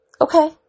Okay